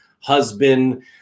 husband